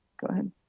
go ahead?